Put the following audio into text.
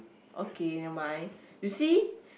okay never mind you see